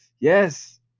Yes